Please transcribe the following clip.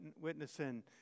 witnessing